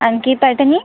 आणखी पैठणी